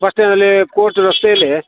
bus ಸ್ಟ್ಯಾಂಡಲ್ಲಿ court ರಸ್ತೇಲಿ